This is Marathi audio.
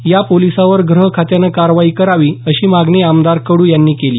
या पोलिसांवर गृहखात्यानं कारवाई करावी अशी मागणी आमदार कडू यांनी केली